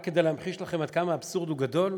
רק כדי להמחיש לכם עד כמה האבסורד הוא גדול,